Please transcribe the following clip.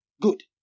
Good